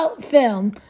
film